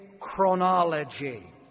chronology